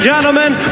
gentlemen